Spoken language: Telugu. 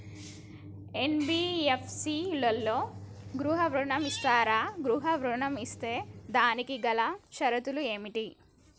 ఎన్.బి.ఎఫ్.సి లలో గృహ ఋణం ఇస్తరా? గృహ ఋణం ఇస్తే దానికి గల షరతులు ఏమిటి?